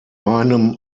meinem